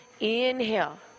inhale